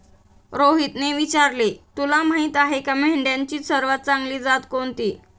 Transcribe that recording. रोहितने विचारले, तुला माहीत आहे का मेंढ्यांची सर्वात चांगली जात कोणती?